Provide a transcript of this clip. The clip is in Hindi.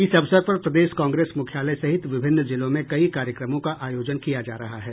इस अवसर पर प्रदेश कांग्रेस मुख्यालय सहित विभिन्न जिलों में कई कार्यक्रमों का आयोजन किया जा रहा है